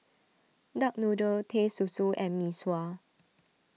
Duck Noodle Teh Susu and Mee Sua